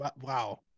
Wow